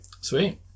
Sweet